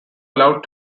allowed